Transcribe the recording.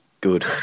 Good